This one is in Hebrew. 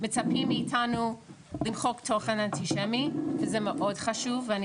מצפים מאיתנו למחוק תוכן אנטישמי וזה מאוד חשוב ואני